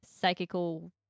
psychical